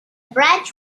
branch